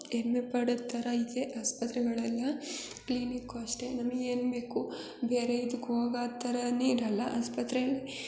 ಹೆಮ್ಮೆಪಡುತ್ತರ ಇದೆ ಆಸ್ಪತ್ರೆಗಳೆಲ್ಲ ಕ್ಲಿನಿಕ್ಕೂ ಅಷ್ಟೇ ನಮಿಗೆ ಏನು ಬೇಕು ಬೇರೆ ಇದಕ್ಕೆ ಹೋಗೋ ಥರವೇ ಇರಲ್ಲ ಆಸ್ಪತ್ರೆಯಲ್ಲಿ